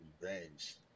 revenge